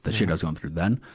the shit i was going through then.